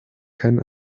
kein